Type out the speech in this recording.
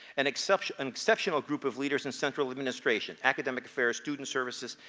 an exceptional exceptional group of leaders in central administration. academic affairs student services.